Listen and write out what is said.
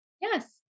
Yes